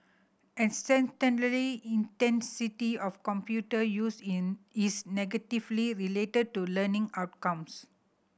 intensity of computer use in is negatively related to learning outcomes